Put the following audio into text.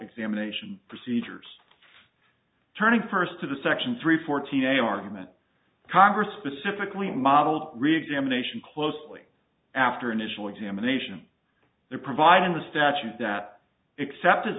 examination procedures turning first to the section three fourteen a argument congress specifically modeled reexamination closely after initial examination there providing the statute that except as